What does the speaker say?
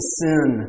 sin